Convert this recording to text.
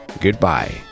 goodbye